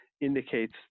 indicates